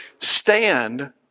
stand